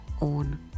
on